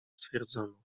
stwierdzono